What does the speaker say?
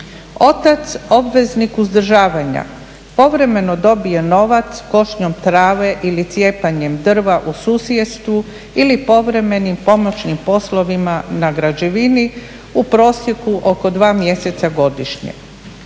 Otac obveznik uzdržavanja povremeno dobije novac košnjom trave ili cijepanjem drva u susjedstvu ili povremenim pomoćnim poslovima na građevini u prosjeku oko 2 mjeseca godišnje.